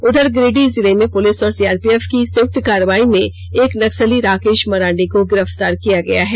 उधर गिरिडीह जिले में पुलिस और सीआरपीएफ की संयुक्त कार्रवाई में एक नक्सली राकेश मरांडी को गिरफ्तार किया गया है